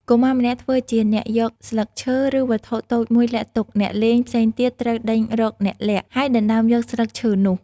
កុមារម្នាក់ធ្វើជាអ្នកយកស្លឹកឈើ ឬវត្ថុតូចមួយលាក់ទុក អ្នកលេងផ្សេងទៀតត្រូវដេញរកអ្នកលាក់ ហើយដណ្តើមយកស្លឹកឈើនោះ ។